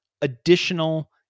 additional